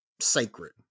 sacred